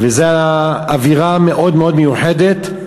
והייתה אווירה מאוד מיוחדת.